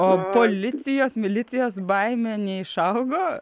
o policijos milicijos baimė neišaugo